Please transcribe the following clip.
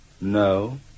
No